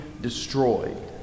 destroyed